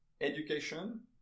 education